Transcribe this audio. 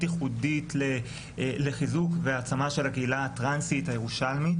ייחודית לחיזוק והעצמה של הקהילה הטרנסית הירושלמית.